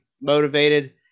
motivated